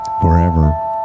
forever